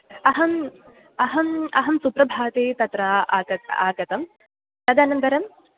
अहम् अहम् अहं सुप्रभाते तत्र आगत्य आगतं तदनन्तरम्